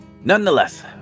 Nonetheless